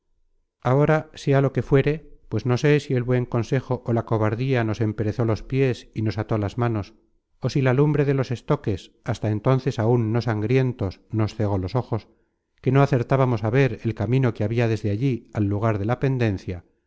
ahora sea lo que fuere pues no sé si el buen consejo ó la cobardía nos emperezó los piés y nos ató las manos ó si la lumbre de los estoques hasta entonces áun no sangrientos nos cegó los ojos que no acertábamos á ver el camino que habia desde allí al lugar de la pendencia